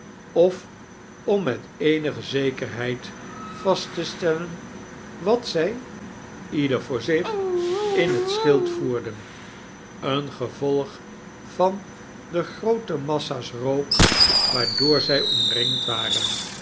of om met eenige zekerheid vast te stellen wat zij ieder voor zich in het schild voerden een gevolg van de groote massa's rook waardoor zij omringd waren